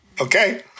Okay